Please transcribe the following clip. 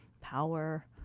power